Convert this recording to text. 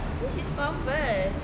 this is converse